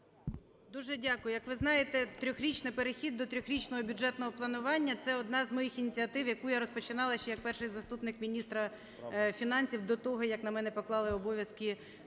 Дуже дякую. Як ви знаєте, трьохрічний перехід до трьохрічного бюджетного планування – це одна з моїх ініціатив, яку я розпочинала ще як перший заступник міністра фінансів, до того, як на мене поклали обов'язки